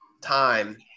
time